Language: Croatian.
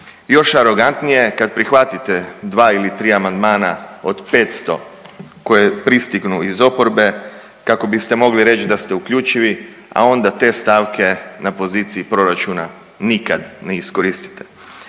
Još arogantnije je kad prihvatite 2 ili 3 amandmana od 500 koje pristignu iz oporbe kako biste mogli reći da ste uključivi, a onda te stavke na poziciji proračuna nikad ne iskoristite.